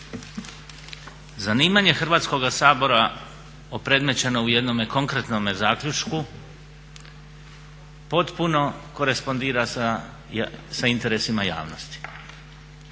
Zanimanje Hrvatskoga sabora opredmećeno u jednome konkretnome zaključku potpuno korespondira sa interesima javnosti.